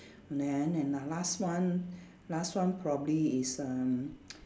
and then and the last one last one probably is um